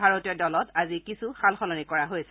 ভাৰতীয় দলত আজি কিছু সাল সলনি কৰা হৈছে